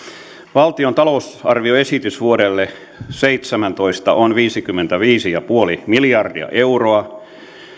valtion talousarvioesitys vuodelle seitsemäntoista on viisikymmentäviisi pilkku viisi miljardia euroa